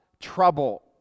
trouble